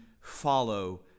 follow